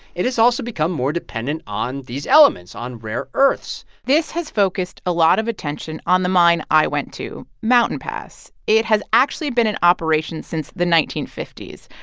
it has also become more dependent on these elements, on rare earths this has focused a lot of attention on the mine i went to, mountain pass. it has actually been in operation since the nineteen fifty s.